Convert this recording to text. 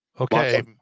okay